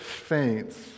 faints